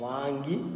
Wangi